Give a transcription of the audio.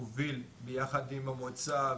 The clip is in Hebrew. מוביל ביחד עם המועצה,